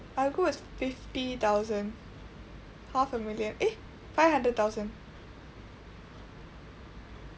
I'll go with fifty thousand half a million eh five hundred thousand